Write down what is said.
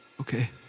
Okay